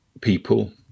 people